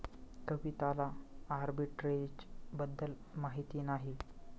कविताला आर्बिट्रेजबद्दल माहिती नाही